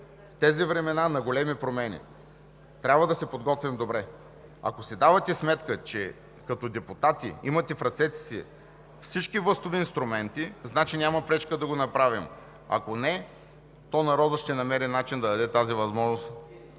В тези времена на големи промени трябва да се подготвим добре. Ако си давате сметка, че като депутати имате в ръцете си всички властови инструменти, значи няма пречка да го направим. Ако не, то народът ще намери начин да даде тази възможност